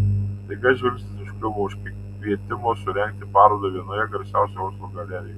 staiga žvilgsnis užkliuvo už kvietimo surengti parodą vienoje garsiausių oslo galerijų